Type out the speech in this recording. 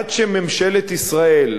עד שממשלת ישראל,